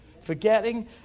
Forgetting